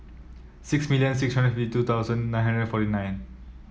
six million six hundred fifty two thousand nine hundred forty nine